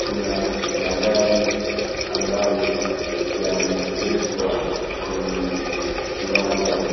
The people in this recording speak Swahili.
Kuna magari ambayo yameegeshwa kwenye kiwanja.